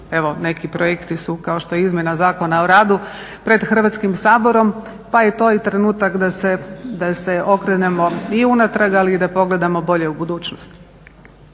Evo neki projekti su, kao što je izmjena Zakona o radu, pred Hrvatskim saborom pa je to i trenutak da se okrenemo i unatrag, ali i da pogledamo bolje u budućnost.